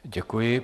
Děkuji.